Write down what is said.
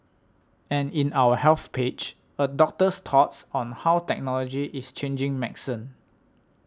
and in our Health page a doctor's thoughts on how technology is changing medicine